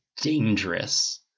dangerous